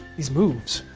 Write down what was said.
these moves.